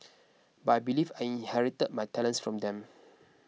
but I believe I inherited my talents from them